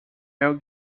mel